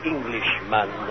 Englishman